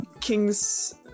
King's